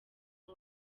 ngo